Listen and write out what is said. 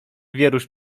wierusz